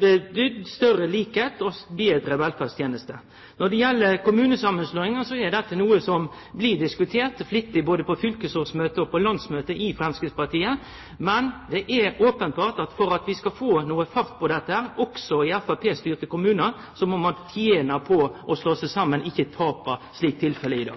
betydd større likskap og betre velferdstenester. Når det gjeld kommunesamanslåinga, er dette noko som blir diskutert flittig både på fylkesårsmøtet og på landsmøtet i Framstegspartiet, men det er openbert at dersom ein skal få fart på dette, òg i framstegspartistyrte kommunar, må ein tene på å slå seg saman, ikkje tape, slik tilfellet